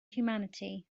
humanity